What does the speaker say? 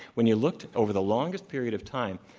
when you looked over the longest period of time,